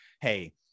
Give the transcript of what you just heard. hey